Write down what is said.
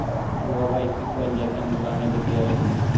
guava একটি ফল যাকে আমরা বাংলাতে পেয়ারা বলি